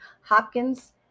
Hopkins